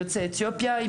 יוצאי אתיופיה,